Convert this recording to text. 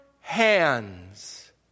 hands